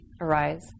arise